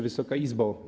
Wysoka Izbo!